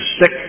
sick